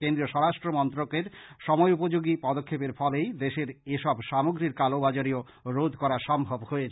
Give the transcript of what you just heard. কেন্দ্রীয় সরাষ্ট্র মন্ত্রকের সময়োপোযোগী পদক্ষেপের ফলেই দেশের এসব সামগ্রীর কালোবাজারীও রোধ করা সম্ভব হয়েছে